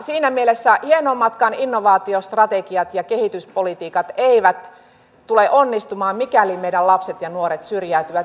siinä mielessä hienoimmatkaan innovaatiostrategiat ja kehityspolitiikat eivät tule onnistumaan mikäli meidän lapset ja nuoret syrjäytyvät